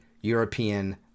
European